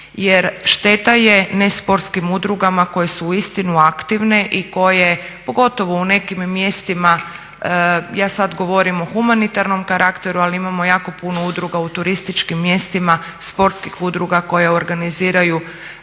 Jer šteta je ne sportskim udrugama koje su uistinu aktivne i koje pogotovo u nekim mjestima, ja sad govorim o humanitarnom karakteru, ali imamo jako puno udruga u turističkim mjestima, sportskih udruga koje organiziraju